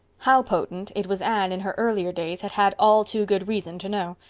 how potent it was anne, in her earlier days, had had all too good reason to know.